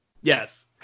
yes